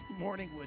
Morningwood